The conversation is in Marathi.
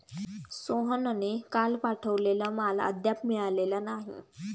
सोहनने काल पाठवलेला माल अद्याप मिळालेला नाही